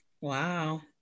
Wow